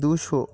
দুশো